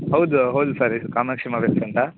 ಹೌದು ಹೌದು ಸರ್ ಇದು ಕಾಮಾಕ್ಷಿ ಮೊಬೈಲ್ಸ್ ಅಂತ